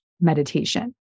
meditation